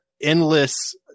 endless